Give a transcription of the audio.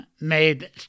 made